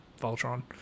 Voltron